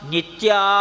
Nitya